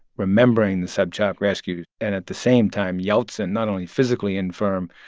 remembering the sobchak rescue, and at the same time, yeltsin, not only physically infirm,